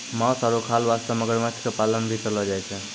मांस आरो खाल वास्तॅ मगरमच्छ के पालन भी करलो जाय छै